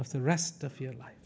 of the rest of your life